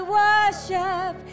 worship